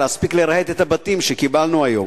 להספיק לרהט את הבתים שקיבלנו היום.